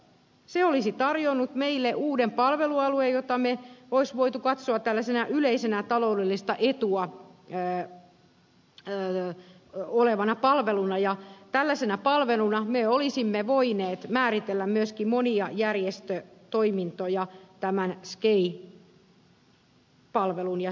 se olisi tarjonnut meille uuden palvelualueen jota me olisimme voineet katsoa tällaisena yleisenä taloudellista etua olevana palveluna ja tällaiseksi palveluksi me olisimme voineet määritellä myöskin monia järjestötoimintoja tämän sgei palvelun ja statuksen alle